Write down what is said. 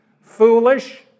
Foolish